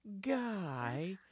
guy